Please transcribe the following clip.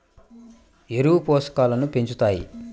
ఎరువులు పోషకాలను పెంచుతాయా?